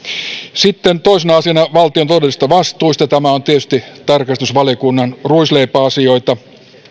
sitten toisena asiana valtion taloudellisista vastuista tämä on tietysti tarkastusvaliokunnan ruisleipäasioita